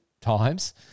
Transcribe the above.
times